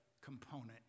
component